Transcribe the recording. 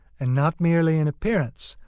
and not merely in appearance,